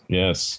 yes